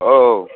औ